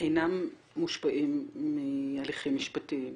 אינם מושפעים מהליכים משפטיים,